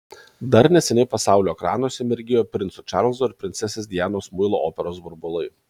dar neseniai pasaulio ekranuose mirgėjo princo čarlzo ir princesės dianos muilo operos burbulai